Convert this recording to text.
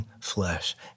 flesh